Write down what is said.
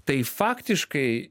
tai faktiškai